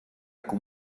com